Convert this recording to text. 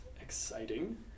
exciting